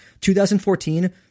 2014